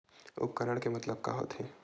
उपकरण के मतलब का होथे?